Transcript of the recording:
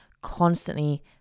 Constantly